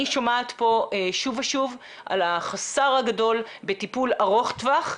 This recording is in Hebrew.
אני שומעת פה שוב ושוב על החוסר הגדול בטיפול ארוך טווח,